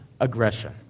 aggression